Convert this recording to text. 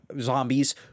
zombies